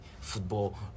football